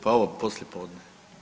Pa ovo poslijepodne.